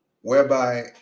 whereby